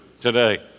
today